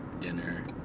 dinner